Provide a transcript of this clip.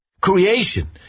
Creation